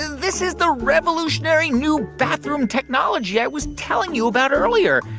this is the revolutionary new bathroom technology i was telling you about earlier.